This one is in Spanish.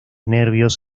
nervios